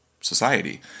society